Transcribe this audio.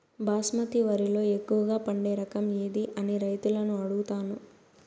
బాస్మతి వరిలో ఎక్కువగా పండే రకం ఏది అని రైతులను అడుగుతాను?